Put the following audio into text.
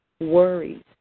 worries